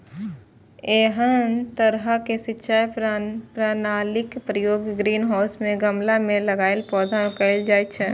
एहन तरहक सिंचाई प्रणालीक प्रयोग ग्रीनहाउस मे गमला मे लगाएल पौधा मे कैल जाइ छै